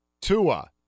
Tua